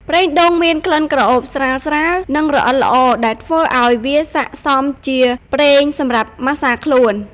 ប្រេងដូងមានក្លិនក្រអូបស្រាលៗ និងរអិលល្អ ដែលធ្វើឲ្យវាស័ក្តិសមជាប្រេងសម្រាប់ម៉ាស្សាខ្លួន។